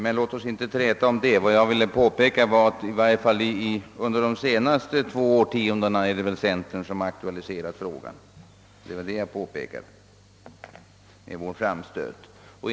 Men låt oss inte träta om det! Vad jag ville påpeka var att under de senaste två årtiondena är det centern som har aktualiserat dessa frågor.